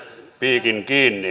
piikin kiinni